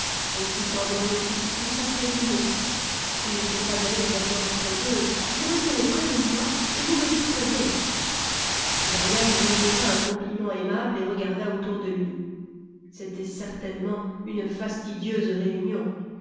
aussi sendorment ils tous après dîner il ne faut pas aller vous asseoir près d'eux vous resterez près de moi et vous me distrairez dorian murmura un compliment aimable et regarda autour de lui c'était certainement une fastidieuse réunion